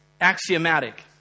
axiomatic